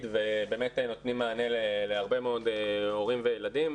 ובאמת נותנים מענה להרבה מאוד הורים וילדים.